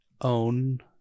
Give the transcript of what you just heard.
own